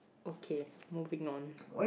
okay moving on